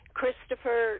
Christopher